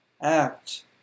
act